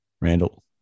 Randall